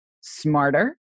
smarter